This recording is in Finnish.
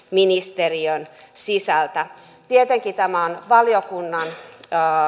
ministeri on siis säätää tietenkin tämä on valiokunnan ja